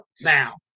Now